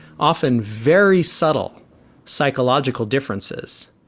often very subtle psychological differences,